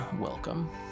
welcome